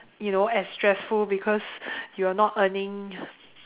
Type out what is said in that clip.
you know as stressful because you are not earning